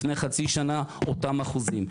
לפני חצי שנה אותם אחוזים.